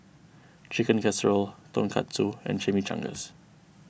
Chicken Casserole Tonkatsu and Chimichangas